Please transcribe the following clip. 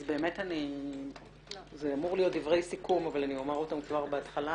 אז באמת זה אמור להיות דברי סיכום אבל אני אומר אותם כבר בהתחלה: